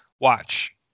watch